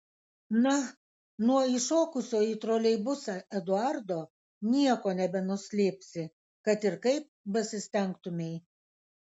na nuo įšokusio į troleibusą eduardo nieko nebenuslėpsi kad ir kaip besistengtumei